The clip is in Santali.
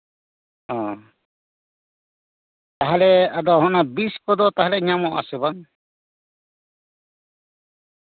ᱦᱮᱸ ᱛᱟᱦᱚᱞᱮ ᱟᱫᱚ ᱱᱚᱣᱟ ᱵᱤᱥ ᱠᱚᱫᱚ ᱛᱟᱦᱚᱞᱮ ᱧᱟᱢᱚᱜ ᱟᱥᱮ ᱵᱟᱝ